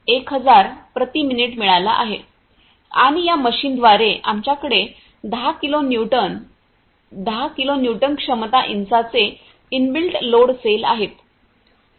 आणि या मशीनद्वारे आमच्याकडे 10 किलो न्यूटन 10 किलो न्यूटन क्षमता इंचाचे इनबिल्ट लोड सेल आहेत